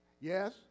Yes